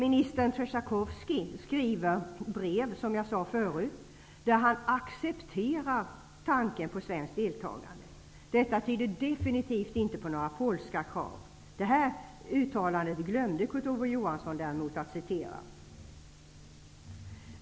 Ministern Trzesiakowski skriver, som jag sade förut, brev där han ''accepterar'' tanken på svenskt deltagande. Detta tyder definitivt inte på några polska krav. Detta uttalande glömde Kurt Ove Johansson däremot att citera.